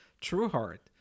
Trueheart